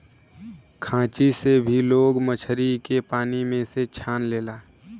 खांची से भी लोग मछरी के पानी में से छान लेला